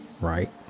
right